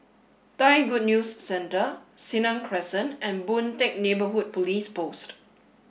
Thai Good News Centre Senang Crescent and Boon Teck Neighbourhood Police Post